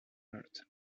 heart